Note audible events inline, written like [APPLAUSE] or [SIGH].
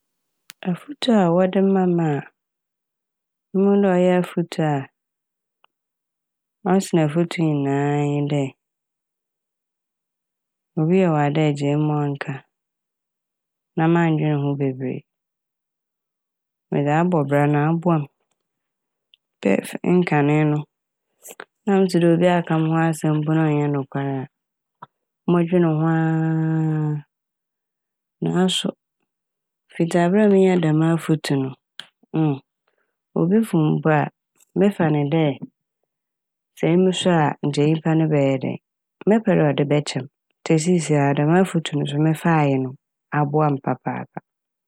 Efutu a wɔde ma me a muhu dɛ ɔyɛ efutu a ɔsen efutu nyinaa nye dɛ obi yɛ wo ade a gyaa mu ma ɔnka na manndwen ho bebree. Mede abɔ bra na aboa m' [UNINTELLIGIBLE] nkanee no s- sɛ metse dɛ obi aka mo ho asɛm mpo na ɔnnyɛ nokwar a mɔdween ho aa naaso fitsi aber a minyaa dɛm afotu no < hesitation) obi fom mpo a mefa ne dɛ sɛ emi so a nkyɛ nyimpa no bɛyɛ dɛn. Mɛpɛ dɛ ɔdze bɛkyɛ m' ntsi siisiara dɛm afotu no so mefae no aboa m' papaapa.